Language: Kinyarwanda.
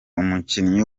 umukinnyi